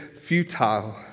futile